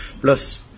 plus